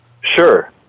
Sure